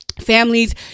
Families